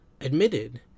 admitted